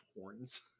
horns